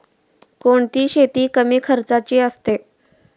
कोणती शेती कमी खर्चाची असते?